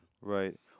Right